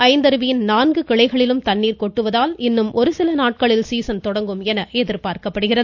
ஐந்தருவியின் நான்கு கிளைகளிலும் தண்ணீர் கொட்டுவதால் இன்னும் ஒருசில நாட்களில் சீசன் தொடங்கும் என எதிர்பார்க்கப்படுகிறது